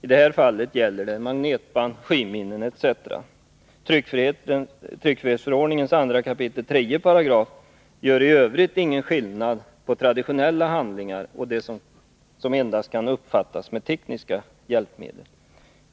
I detta fall gäller det magnetband, skivminnen etc. 2 kap. 3 § tryckfrihetsförordningen gör i Övrigt ingen skillnad mellan traditionella handlingar och uppgifter som kan uppfattas endast med tekniska hjälpmedel.